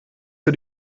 für